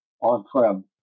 on-prem